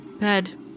Bed